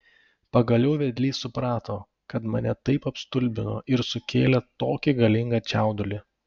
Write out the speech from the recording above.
pagaliau vedlys suprato kas mane taip apstulbino ir sukėlė tokį galingą čiaudulį